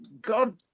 God